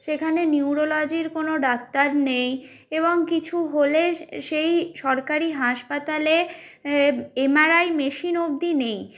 সেখানে নিউরোলজির কোনো ডাক্তার নেই এবং কিছু হলে সেই সরকারি হাসপাতালে এমআরআই মেশিন অবধি নেই